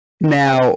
now